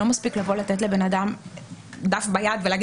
לא מספיק לבוא לתת לאדם דף ביד ולהגיד